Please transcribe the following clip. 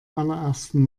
allerersten